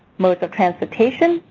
modes of transportation,